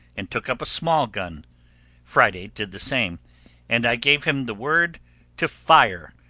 and took up a small gun friday did the same and i gave him the word to fire!